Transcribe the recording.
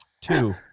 Two